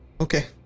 Okay